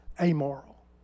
amoral